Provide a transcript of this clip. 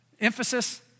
emphasis